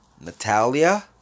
Natalia